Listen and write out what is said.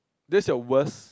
that's your worst